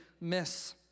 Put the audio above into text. miss